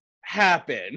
happen